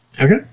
Okay